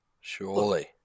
Surely